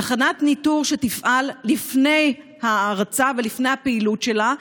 תחנת ניטור שתפעל לפני ההרצה ולפני הפעילות שלה,